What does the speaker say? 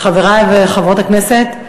חברי וחברות הכנסת,